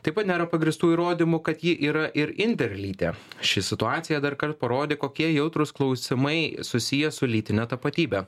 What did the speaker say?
taip pat nėra pagrįstų įrodymų kad ji yra ir interlytė ši situacija darkart parodė kokie jautrūs klausimai susiję su lytine tapatybe